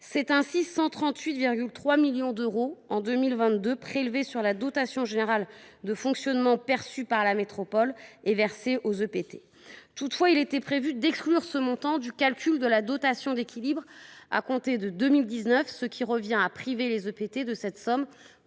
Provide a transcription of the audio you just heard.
Ce sont ainsi 138,3 millions d’euros qui, en 2022, ont été prélevés sur la DGF perçue par la métropole et versés aux EPT. Toutefois, il était prévu d’exclure ce montant du calcul de la dotation d’équilibre à compter de 2019, ce qui revient à priver les EPT de cette somme